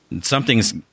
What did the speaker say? something's